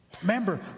Remember